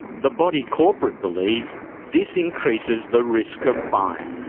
the body corporate believes this increases the risk of fire.